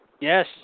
Yes